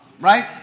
right